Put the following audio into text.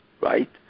right